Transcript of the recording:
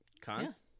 Cons